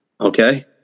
Okay